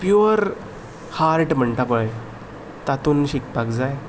pure heart म्हणटा पळय तातून शिकपाक जाय